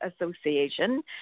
Association